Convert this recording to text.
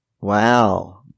Wow